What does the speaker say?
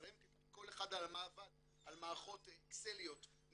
כל אחד עבד על מערכות אקסל משלו.